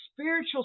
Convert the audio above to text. spiritual